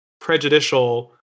prejudicial